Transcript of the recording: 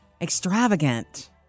extravagant